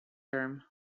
term